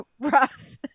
rough